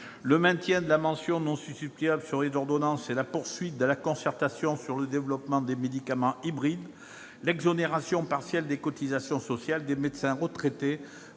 le maintien de la mention « non substituable » sur les ordonnances et la poursuite de la concertation sur le développement des médicaments hybrides. Dernier point, l'exonération partielle des cotisations sociales des médecins retraités